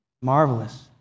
Marvelous